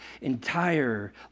entire